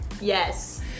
yes